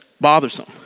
bothersome